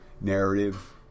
narrative